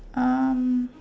um